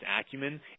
acumen